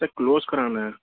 close کرانا ہے